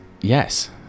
yes